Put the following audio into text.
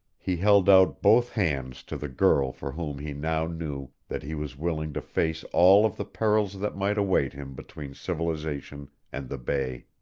he held out both hands to the girl for whom he now knew that he was willing to face all of the perils that might await him between civilization and the bay.